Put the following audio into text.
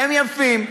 הם יפים,